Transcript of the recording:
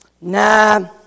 Nah